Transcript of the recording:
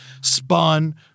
spun